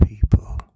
people